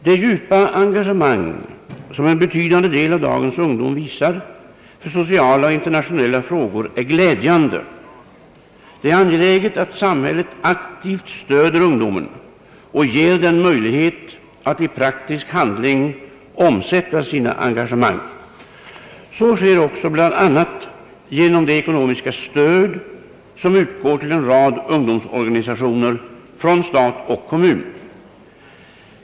Det djupa engagemang, som en betydande del av dagens ungdom visar för sociala och internationella frågor, är glädjande. Det är angeläget att samhället aktivt stöder ungdomen och ger den möjlighet att i praktisk handling omsätta sitt engagemang. Så sker också bl.a. genom det ekonomiska stöd som utgår till en rad ungdomsorganisationer från stat och kommun.